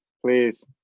please